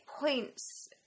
points